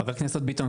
ח"כ ביטון,